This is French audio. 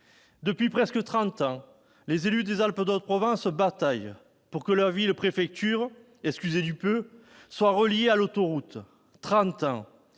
depuis presque trente ans, les élus des Alpes-de-Haute-Provence bataillent pour que leur ville préfecture- excusez du peu ! -soit reliée à l'autoroute ...